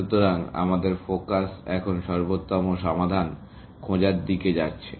সুতরাং আমাদের ফোকাস এখন সর্বোত্তম সমাধান খোঁজার দিকে যাচ্ছে